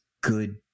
good